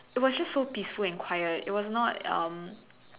it was just so peaceful and quiet it was not um